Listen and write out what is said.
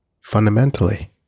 fundamentally